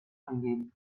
eingeben